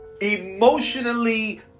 emotionally